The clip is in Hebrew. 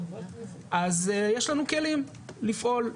אז יש לנו כלים לפעול,